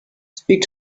speak